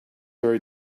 very